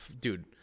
Dude